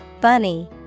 Bunny